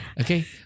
Okay